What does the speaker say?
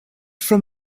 from